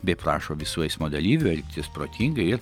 bei prašo visų eismo dalyvių elgtis protingai ir